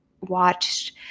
watched